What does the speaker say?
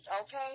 Okay